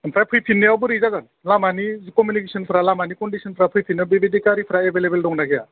ओमफ्राय फैफिननायाव बोरै जागोन लामानि कनडिसनफोरा लामानि कनडिसनफोरा फैफिननायाव बेबायदि गारिफ्रा एभेलेबेल दंना गैया